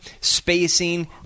spacing